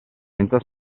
senza